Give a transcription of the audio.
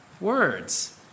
words